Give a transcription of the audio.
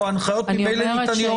או ההנחיות ממילא ניתנות,